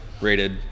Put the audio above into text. rated